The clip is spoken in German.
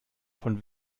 von